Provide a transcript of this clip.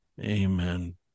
Amen